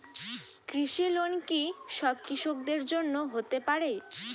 কৃষি লোন কি সব কৃষকদের জন্য হতে পারে?